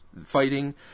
Fighting